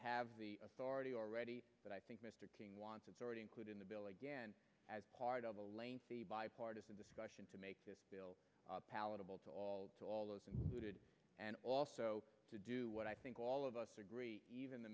have the authority already but i think mr king wants it's already include in the bill again as part of a lengthy bipartisan discussion to make this bill palatable to all to all those who did and also to do what i think all of us agree even the